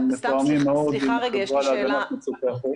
מתואמים מאוד עם החברה להגנת מצוקי החוף.